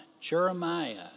Jeremiah